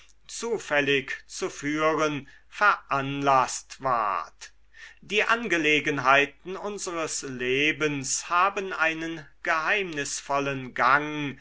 zufällig zu führen veranlaßt ward die angelegenheiten unseres lebens haben einen geheimnisvollen gang